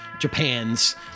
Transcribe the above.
Japan's